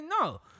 no